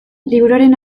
liburuaren